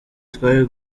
twari